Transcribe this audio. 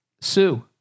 Sue